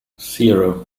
zero